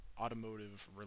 automotive